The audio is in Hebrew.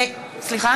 נגד